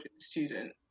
student